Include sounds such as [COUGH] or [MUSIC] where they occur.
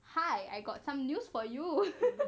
hi I got some news for you [LAUGHS]